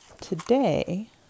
Today